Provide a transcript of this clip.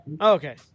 Okay